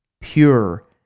pure